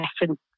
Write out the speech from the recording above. different